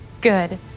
Good